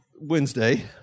Wednesday